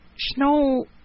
snow